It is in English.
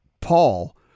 Paul